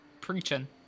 preaching